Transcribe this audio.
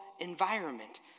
environment